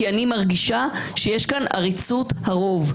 כי אני מרגישה שיש כאן עריצות הרוב,